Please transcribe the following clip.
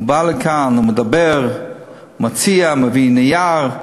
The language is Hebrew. הוא בא לכאן, הוא מדבר, מציע, מביא נייר.